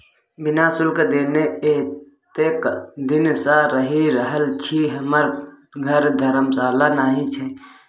बिना शुल्क देने एतेक दिन सँ रहि रहल छी हमर घर धर्मशाला नहि छै